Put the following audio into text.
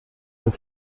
بهت